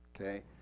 Okay